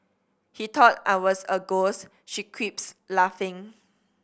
he thought I was a ghost she quips laughing